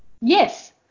Yes